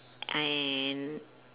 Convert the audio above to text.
and